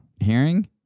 Hearing